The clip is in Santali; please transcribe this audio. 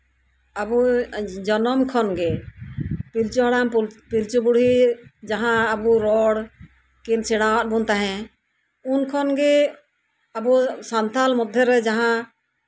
ᱟᱵᱚ ᱡᱟᱱᱟᱢ ᱠᱷᱚᱱᱜᱮ ᱯᱤᱞᱪᱩ ᱦᱟᱲᱟᱢ ᱯᱤᱞᱪᱩ ᱵᱩᱲᱦᱤ ᱡᱟᱸᱦᱟ ᱟᱵᱚ ᱨᱚᱲ ᱠᱤᱱ ᱥᱮᱲᱟ ᱟᱜ ᱵᱚᱱ ᱛᱟᱸᱦᱮᱜ ᱩᱱ ᱠᱷᱚᱱᱜᱮ ᱟᱵᱚ ᱥᱟᱱᱛᱟᱞ ᱢᱚᱫᱽᱫᱷᱮᱨᱮ ᱡᱟᱸᱦᱟ